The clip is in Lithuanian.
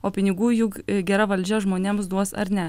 o pinigų juk gera valdžia žmonėms duos ar ne